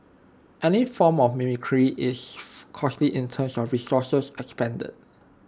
any form of mimicry is costly in terms of resources expended